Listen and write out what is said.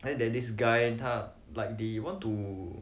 then there's this guy 他 like they want to